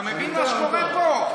אתה מבין מה שקורה פה?